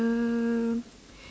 a